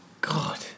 God